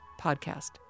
podcast